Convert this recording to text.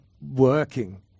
working